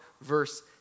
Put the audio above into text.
verse